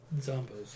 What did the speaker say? zombies